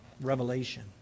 Revelation